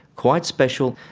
quite special,